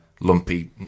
lumpy